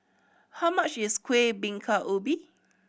how much is Kueh Bingka Ubi